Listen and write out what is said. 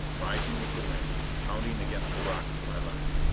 rising with the wind, pounding against the rocks to my left.